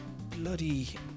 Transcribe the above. bloody